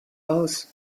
aus